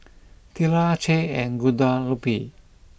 Tilla Che and Guadalupe